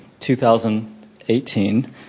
2018